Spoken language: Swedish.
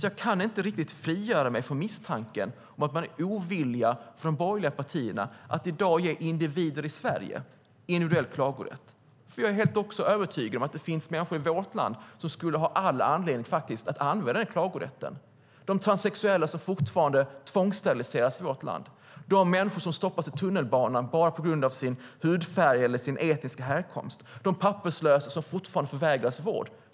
Jag kan inte riktigt frigöra mig från misstanken att de borgerliga partierna är ovilliga att ge individer i Sverige individuell klagorätt. Jag är övertygad om att det finns människor i vårt land som skulle ha all anledning att använda sin klagorätt. Det gäller de transsexuella, som fortfarande tvångssteriliseras i vårt land. Det gäller de människor som stoppas i tunnelbanan på grund av sin hudfärg eller etniska härkomst. Det gäller de papperslösa som fortfarande förvägras vård.